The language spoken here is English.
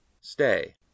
Stay